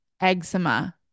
eczema